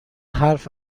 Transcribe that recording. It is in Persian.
حرف